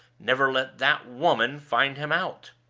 never let that woman find him out!